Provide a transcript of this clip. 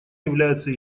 является